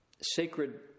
sacred